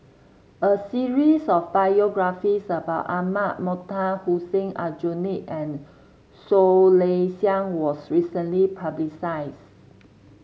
a series of biographies about Ahmad Mattar Hussein Aljunied and Soh Kay Siang was recently publishes